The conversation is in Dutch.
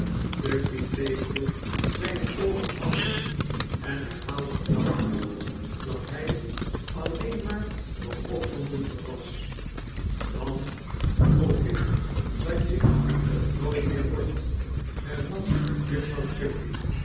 tugby veegde zijne oogen af en herhaalde flauwtj es dat hij alleen maar wat opgeimonteird was dan hoop ik dat je tnooit meer wordt hernam juffrouw